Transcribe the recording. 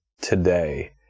today